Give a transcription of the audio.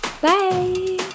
Bye